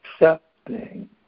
accepting